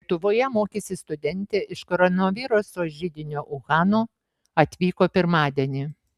lietuvoje mokysis studentė iš koronaviruso židinio uhano atvyko pirmadienį